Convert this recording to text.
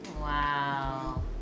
Wow